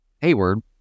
Hayward